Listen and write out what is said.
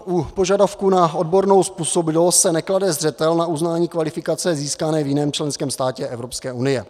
U požadavku na odbornou způsobilost se neklade zřetel na uznání kvalifikace získané v jiném členském státě Evropské unie.